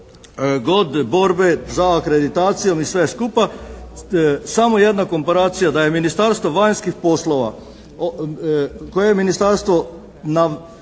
god borbe za akreditacijom i sve skupa, samo jedna komparacija. Da je Ministarstvo vanjskih poslova koje je ministarstvo pod